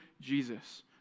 Jesus